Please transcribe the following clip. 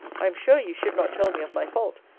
i am sure you should not tell me of my fault,